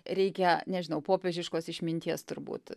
reikia nežinau popiežiškos išminties turbūt